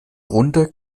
runde